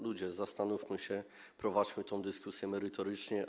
Ludzie, zastanówmy się, prowadźmy tę dyskusję merytorycznie.